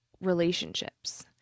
relationships